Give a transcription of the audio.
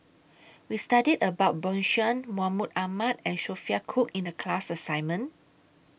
We studied about Bjorn Shen Mahmud Ahmad and Sophia Cooke in The class assignment